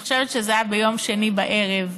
אני חושבת שזה היה ביום שני בערב,